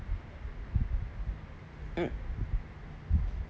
mm